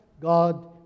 God